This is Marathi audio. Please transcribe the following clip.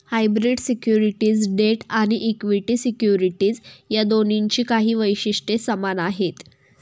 हायब्रीड सिक्युरिटीज डेट आणि इक्विटी सिक्युरिटीज या दोन्हींची काही वैशिष्ट्ये समान आहेत